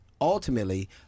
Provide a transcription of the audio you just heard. ultimately